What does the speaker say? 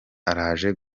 araje